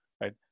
right